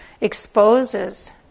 exposes